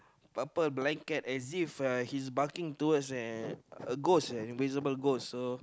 purple blanket as if uh he's barking towards an a ghost an invisible ghost so